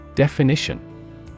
Definition